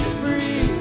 free